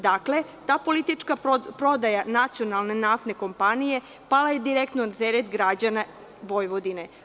Dakle, ta politička prodaja nacionalne naftne kompanije pala je direktno na teret građana Vojvodine.